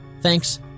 thanks